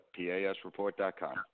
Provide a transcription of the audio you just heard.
PASReport.com